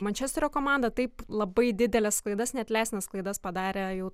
mančesterio komanda taip labai dideles klaidas neatleistinas klaidas padarę ir